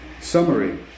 Summary